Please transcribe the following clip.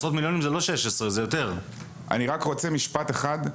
אני רק רוצה משפט אחד,